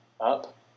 up